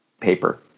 Paper